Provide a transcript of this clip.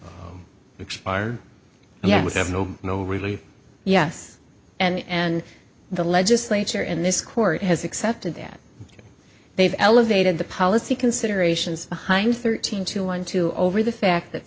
e expired and i would have no no really yes and the legislature in this court has accepted that they've elevated the policy considerations behind thirteen to one to over the fact that